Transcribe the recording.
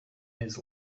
his